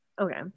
Okay